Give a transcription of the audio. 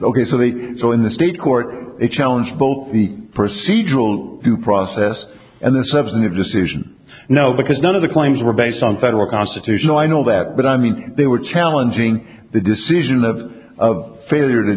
ok so they saw in the state court a challenge both the procedural due process and the substantive decision no because none of the claims were based on federal constitutional i know that but i mean they were challenging the decision of of failure to